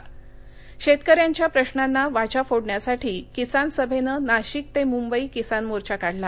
मोर्चा परिषद शेतकऱ्यांच्या प्रश्नांना वाचा फोडण्यासाठी किसान सभेनं नाशिक ते मुंबई किसान मोर्चा काढला